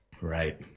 Right